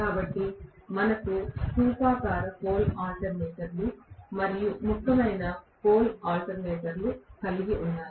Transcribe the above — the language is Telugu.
కాబట్టి మనకు స్థూపాకార పోల్ ఆల్టర్నేటర్లు మరియు ముఖ్యమైన పోల్ ఆల్టర్నేటర్లు ఉన్నాయి